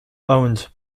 owned